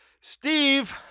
Steve